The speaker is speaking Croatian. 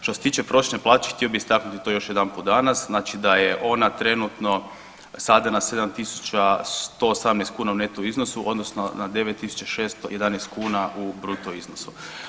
Što se tiče prosječne plaće htio bih istaknuti to još jedanput danas znači da je ona trenutno sada na 7.110 kuna u neto iznosu odnosno na 9.611 kuna u bruto iznosu.